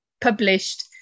published